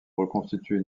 reconstituer